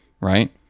right